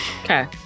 Okay